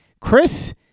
Chris